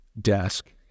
Desk